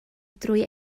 drwy